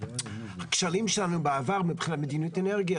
הכשלים שלנו בעבר מבחינת מדיניות אנרגיה,